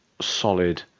solid